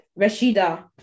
Rashida